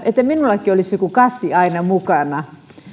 että minullakin olisi joku kassi aina mukana